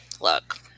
look